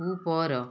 ଉପର